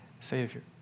savior